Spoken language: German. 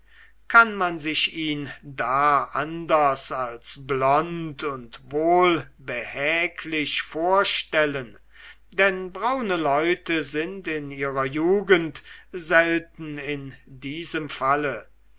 kann man sich ihn da anders als blond und wohlbehäglich vorstellen denn braune leute sind in ihrer jugend selten in diesem falle